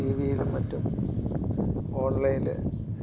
ടിവിയിലും മറ്റും ഓൺലൈനിൽ